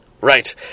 Right